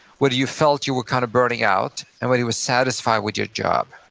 whether you felt you were kind of burning out, and whether you were satisfied with your job